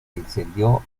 incendió